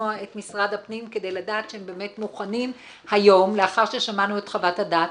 משרד הפנים כדי לדעת שהם באמת מוכנים היום לאחר ששמענו את חוות הדעת.